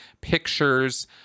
pictures